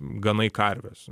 ganai karves